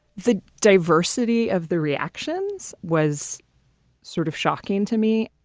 the diversity of the reactions was sort of shocking to me.